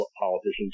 politicians